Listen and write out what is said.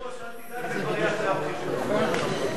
היושב-ראש, אל תדאג, זה יהיה כבר אחרי הבחירות.